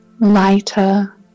lighter